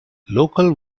local